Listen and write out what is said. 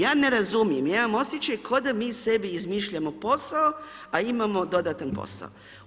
Ja ne razumijem, ja imam osjećaj kao da mi sebi izmišljamo posao a imamo dodatan posao.